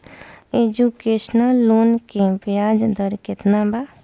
Education loan के ब्याज दर केतना बा?